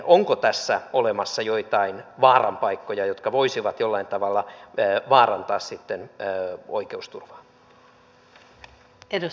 onko tässä olemassa joitain vaaranpaikkoja jotka voisivat jollain tavalla vaarantaa oikeusturvaa